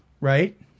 Right